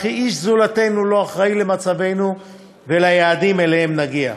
וכי איש זולתנו לא אחראי למצבנו וליעדים שאליהם נגיע.